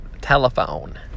telephone